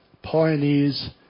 Pioneers